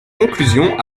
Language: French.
conclusion